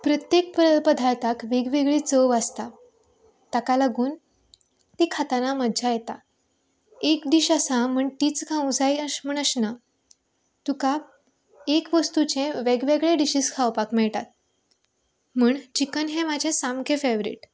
प्रत्येक वेगवेगळ्या पदार्थाक वेगवेगळीं चव आसता तांका लागून ती खाताना मज्जा येता एक डीश आसा म्हण तीच खावंक जाय अशें म्हण अशें ना तुका एक वस्तूंचे वेगेवेगळें डिशिस खावपाक मेळटात म्हण चिकन हे म्हजें सामकें फेवरेट